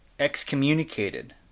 excommunicated